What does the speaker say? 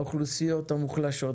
לאוכלוסיות המוחלשות,